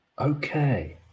okay